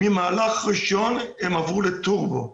ממהלך ראשון הן עברו לטורבו,